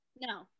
No